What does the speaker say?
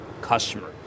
customer